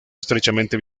estrechamente